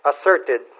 asserted